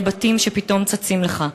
מלא בתים שפתאום צצים לך.